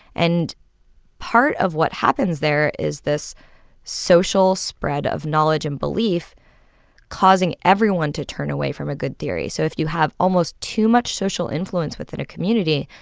and part of what happens there is this social spread of knowledge and belief causing everyone to turn away from a good theory. so if you have almost too much social influence within a community,